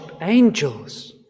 angels